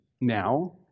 now